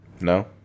No